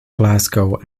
glasgow